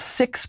six